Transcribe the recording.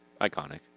iconic